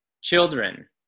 Children